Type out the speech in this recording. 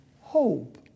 hope